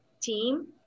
team